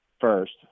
first